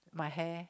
my hair